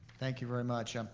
thank you very much.